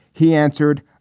he answered,